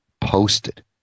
posted